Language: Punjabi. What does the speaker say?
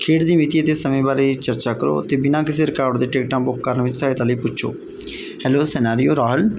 ਖੇਡ ਦੀ ਮਿਤੀ ਅਤੇ ਸਮੇਂ ਬਾਰੇ ਚਰਚਾ ਕਰੋ ਅਤੇ ਬਿਨਾਂ ਕਿਸੇ ਰਕਾਵਟ ਦੇ ਟਿਕਟਾਂ ਬੁੱਕ ਕਰਨ ਵਿੱਚ ਸਹਾਇਤਾ ਲਈ ਪੁੱਛੋ ਹੈਲੋ ਸਨਾਰੀਓ ਰਾਹੁਲ